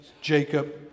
Jacob